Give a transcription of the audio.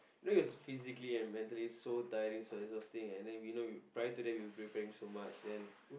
though it was physically and mentally so tiring so exhausting and then we know you prior to that we were preparing so much then